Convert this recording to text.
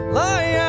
lie